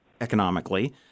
economically